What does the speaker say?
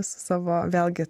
savo vėlgi